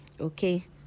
okay